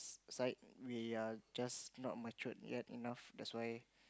side we are just not mature enough that's why